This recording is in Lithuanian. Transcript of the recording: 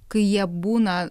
kai jie būna